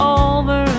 over